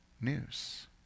news